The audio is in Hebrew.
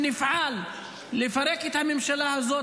שנפעל לפרק את הממשלה הזאת,